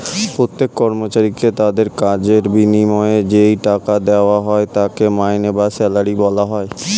প্রত্যেক কর্মচারীকে তাদের কাজের বিনিময়ে যেই টাকা দেওয়া হয় তাকে মাইনে বা স্যালারি বলা হয়